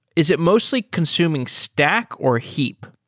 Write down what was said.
is it mostly consuming stack or heap?